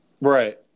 Right